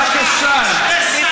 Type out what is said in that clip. אופיר אקוניס,